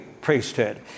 priesthood